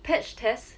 patch test